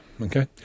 okay